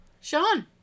Sean